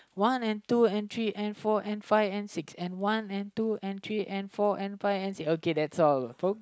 one and two and three and four and five and six and one and two and three and four and five and six okay that's all